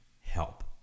help